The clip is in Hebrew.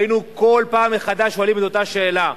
היינו כל פעם מחדש שואלים את אותה שאלה.